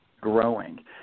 growing